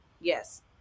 Yes